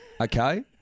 Okay